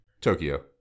Tokyo